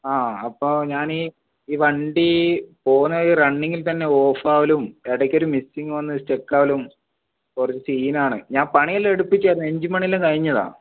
അ അപ്പോൾ ഞാൻ ഈ ഈ വണ്ടി പോകണ വഴിയിൽ റണ്ണിങ്ങിത്തന്നെ ഓഫാവലും ഇടയ്ക്ക് ഒരു മിസ്സിംഗ് വന്ന് സ്റ്റക്കാവലും കുറച്ചു സീനാണ് ഞാൻ പണിയെല്ലാം എടുപ്പിച്ചതാണ് എൻജിൻ പണിയെല്ലാം കഴിഞ്ഞതാണ്